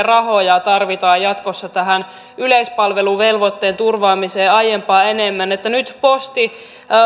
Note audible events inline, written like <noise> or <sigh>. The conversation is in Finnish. <unintelligible> rahoja tarvitaan jatkossa tähän yleispalveluvelvoitteen turvaamiseen aiempaa enemmän nyt posti